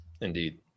Indeed